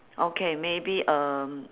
okay maybe um